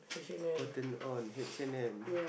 Cotton-On H-and-M